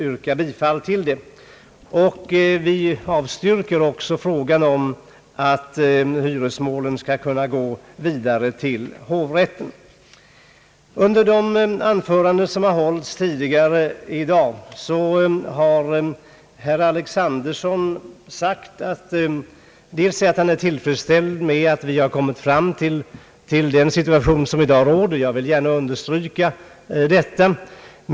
Vi avstyrker också förslaget om att hyresmålen skall kunna gå vidare till hovrätten. Herr Alexanderson sade att han var tillfredsställd med den situation som 1 dag råder. Jag vill gärna understryka detta.